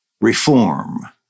reform